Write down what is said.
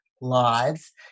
lives